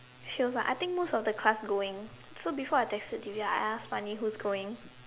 she was like I think most of the class going so before I texted Divya I ask Mani who was going